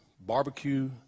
barbecue